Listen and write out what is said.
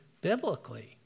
biblically